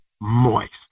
moist